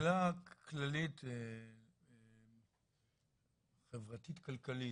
שאלה כללית חברתית כלכלית,